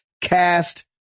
Cast